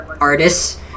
artists